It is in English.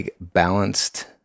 balanced